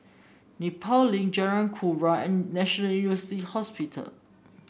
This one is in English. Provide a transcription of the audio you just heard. Nepal Link Jalan Kurnia and National University Hospital